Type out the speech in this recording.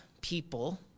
people